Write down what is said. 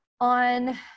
on